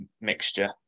mixture